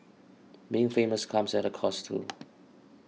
being famous comes at a cost too